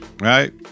Right